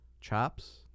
chops